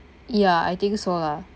ya I think so lah